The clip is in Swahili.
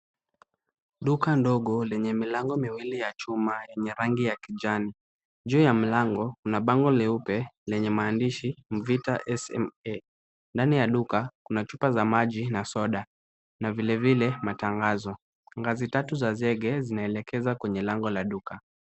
Duka ndogo lenye milango miwili ya chuma yenye rangi ya kijani, juu ya mlango kuna bango leupe lenye maandishi Mvita SMA. Ndani ya duka kuna chupa za maji na soda. Na vilevile matangazo. Ngazi tatu za zege zina elekeza kwenye lango la duka.